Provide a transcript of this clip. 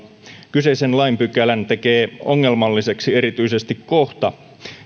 kyseisen lainpykälän tekee ongelmalliseksi erityisesti kohta